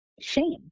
shame